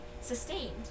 sustained